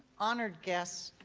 honored guests.